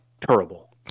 terrible